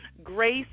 Grace